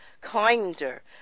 kinder